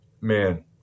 man